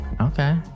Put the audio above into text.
Okay